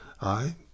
I